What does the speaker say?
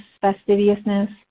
fastidiousness